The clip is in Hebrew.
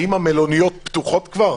האם המלוניות כבר פתוחות?